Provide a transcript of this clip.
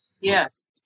Yes